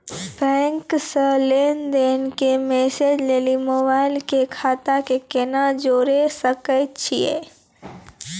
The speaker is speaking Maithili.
बैंक से लेंन देंन के मैसेज लेली मोबाइल के खाता के केना जोड़े सकय छियै?